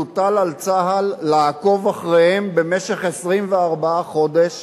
יוטל על צה"ל לעקוב אחריהן במשך 24 חודש